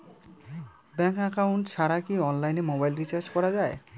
Bank account ছাড়া কি অনলাইনে মোবাইল রিচার্জ করা যায়?